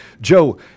Joe